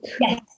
Yes